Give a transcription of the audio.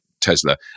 tesla